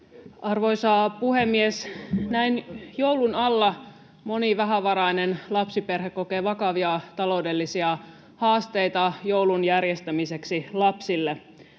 Arvoisa puhemies! Näin joulun alla moni vähävarainen lapsiperhe kokee vakavia taloudellisia haasteita joulun järjestämiseksi lapsille.